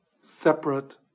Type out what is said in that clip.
separate